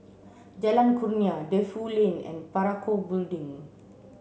Jalan Kurnia Defu Lane and Parakou Building